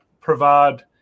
provide